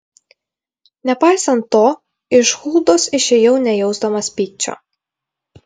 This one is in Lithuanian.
nepaisant to iš huldos išėjau nejausdamas pykčio